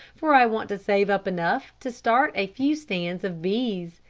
for i want to save up enough to start a few stands of bees.